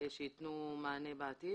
שיתנו מענה בעתיד.